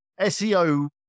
SEO